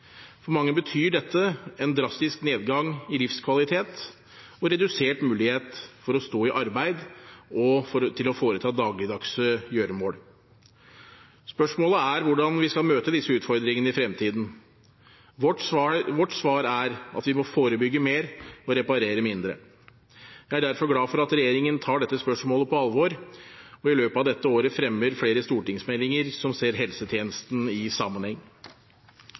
For mange betyr dette en drastisk nedgang i livskvalitet og redusert mulighet for å stå i arbeid og til å foreta dagligdagse gjøremål. Spørsmålet er hvordan vi skal møte disse utfordringene i fremtiden. Vårt svar er at vi må forebygge mer og reparere mindre. Jeg er derfor glad for at regjeringen tar dette spørsmålet på alvor og i løpet av dette året fremmer flere stortingsmeldinger som ser helsetjenesten i sammenheng.